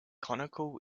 conical